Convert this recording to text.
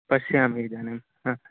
पश्यामि इदानीं हा